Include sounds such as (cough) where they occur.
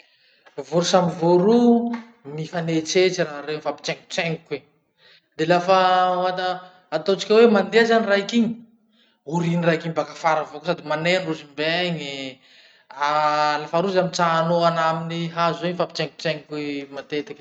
Voro samy voro, mifanehitsehitsy raha reo mifampitsengotsengoky. De lafa ata ataotsika hoe mandeha zany raiky iny, orihin'ny raiky iny baka afara ao avao koa sady maneho rozy mbegny. (noise) Ah lafa rozy amy trano ana amin'ny hazo egny mifampitsengotsengoky matetiky. (noise)